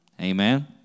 Amen